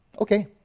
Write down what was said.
Okay